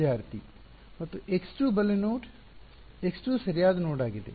ವಿದ್ಯಾರ್ಥಿ ಮತ್ತು x2 ಬಲ ನೋಡ್ x2 ಸರಿಯಾದ ನೋಡ್ ಆಗಿದೆ